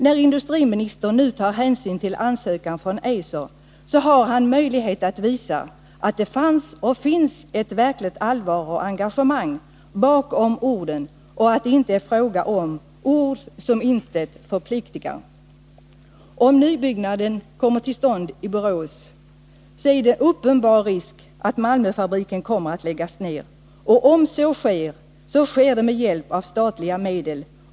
När industriministern nu skall behandla ansökan från Eiser har han möjlighet att visa att det finns ett verkligt allvar och engagemang bakom orden och att det inte är fråga om ord som till intet förpliktigar. Om nybyggnaden kommer till stånd i Borås, är det uppenbar risk för att Malmöfabriken kommer att läggas ned. Om så sker, sker det med hjälp av statliga medel.